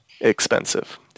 Expensive